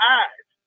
eyes